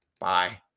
Bye